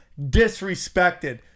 disrespected